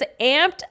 amped